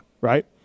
right